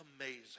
amazing